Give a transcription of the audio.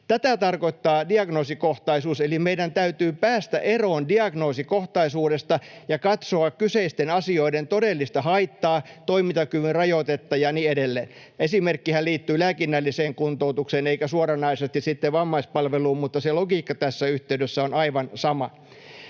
Tätä tarkoittaa diagnoosikohtaisuus. Eli meidän täytyy päästä eroon diagnoosikohtaisuudesta ja katsoa kyseisten asioiden todellista haittaa, toimintakyvyn rajoitetta ja niin edelleen. Esimerkkihän liittyy lääkinnälliseen kuntoutukseen eikä suoranaisesti vammaispalveluun, mutta se logiikka tässä yhteydessä on aivan sama.